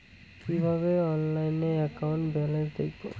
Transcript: কিভাবে অনলাইনে account balance দেখবো?